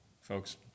folks